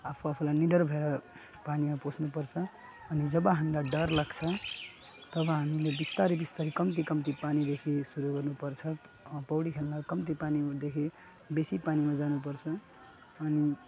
आफू आफूलाई निडर भएर पानीमा पस्नुपर्छ अनि जब हामीलाई डर लाग्छ तब हामीले बिस्तारै बिस्तारै कम्ती कम्ती पानीदेखि सुरु गर्नुपर्छ पौडी खेल्न कम्ती पानीदेखि बेसी पानीमा जानुपर्छ अनि